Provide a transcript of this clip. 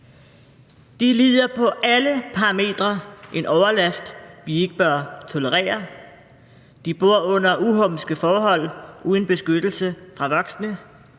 De lider på alle parametre en overlast, vi ikke bør tolerere, de bor under uhumske forhold uden beskyttelse fra voksne,